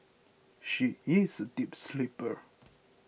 she is a deep sleeper